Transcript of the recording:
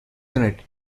unit